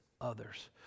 others